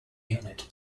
unit